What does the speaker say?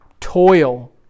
toil